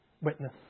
witness